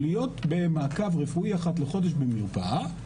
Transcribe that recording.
להיות במעקב רפואי אחת לחודש במרפאה,